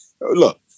Look